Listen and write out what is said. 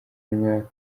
mwaka